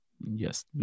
yes